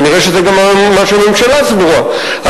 כנראה זה גם מה שהממשלה סבורה,